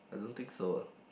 I don't think so ah